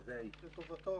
שלטובתו,